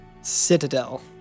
citadel